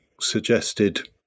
suggested